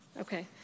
Okay